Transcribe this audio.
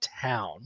town